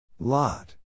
Lot